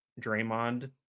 Draymond